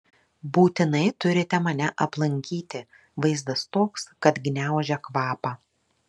būtinai turite mane aplankyti vaizdas toks kad gniaužia kvapą